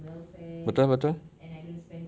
betul betul